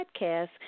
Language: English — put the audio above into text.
podcast